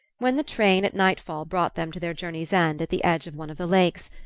when the train at night-fall brought them to their journey's end at the edge of one of the lakes,